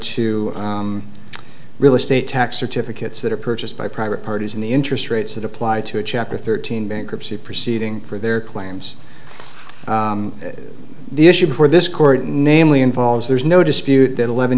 to real estate tax certificates that are purchased by private parties in the interest rates that apply to a chapter thirteen bankruptcy proceeding for their claims the issue before this court namely involves there's no dispute that eleven